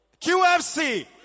QFC